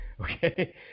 Okay